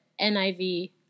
NIV